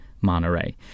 Monterey